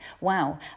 wow